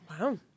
Wow